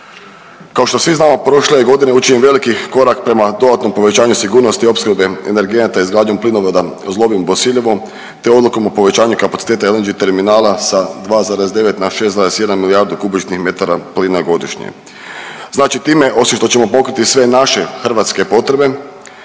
Kao što svi znamo prošle je godine učinjen veliki korak prema dodatnom povećanju sigurnosti opskrbe energenata izgradnjom plinovoda Zlobin-Bosiljevo te odlukom o povećanju kapaciteta LNG terminala sa 2,9 na 6,1 milijardu kubičnih metara plina godišnje. Znači time osim što ćemo pokriti sve naše hrvatske potrebe,